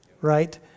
right